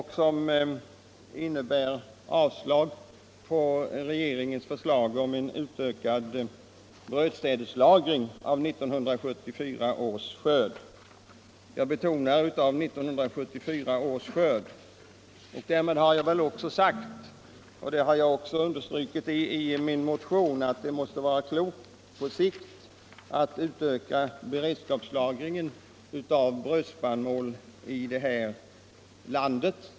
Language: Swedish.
I motionen yrkar jag avslag på regeringens förslag om en utökad brödsädeslagring av 1974 års skörd. Jag betonar att avslaget gäller upplagring av 1974 års skörd. Därmed vill jag också ha sagt - och det har jag understrukit i min motion — att det måste vara klokt att på sikt utöka beredskapslagringen av brödspannmål här i landet.